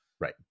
right